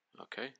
okay